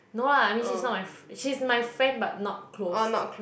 no lah I mean she's not my she's my friend but not close